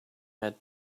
had